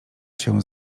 się